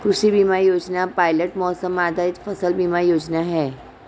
कृषि बीमा योजना पायलट मौसम आधारित फसल बीमा योजना है